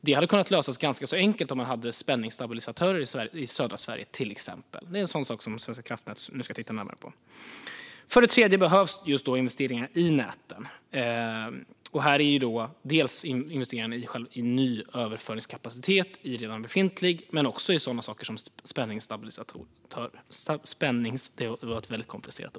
Det hade kunnat lösas ganska enkelt om man i södra Sverige hade haft till exempel spänningsstabilisatorer. Det är en sådan sak som Svenska kraftnät nu ska titta på. För det tredje behövs just investeringar i näten. Det är investeringar i ny överföringskapacitet i redan befintliga nät och sådana saker som spänningsstabilisatorer.